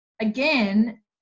again